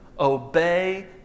obey